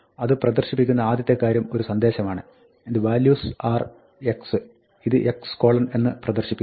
അത് പ്രദർശിപ്പിക്കുന്ന ആദ്യത്തെ കാര്യം ഒരു സന്ദേശമാണ് the values are x ഇത് x എന്ന് പ്രദർശിപ്പിക്കും